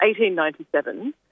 1897